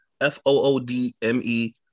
f-o-o-d-m-e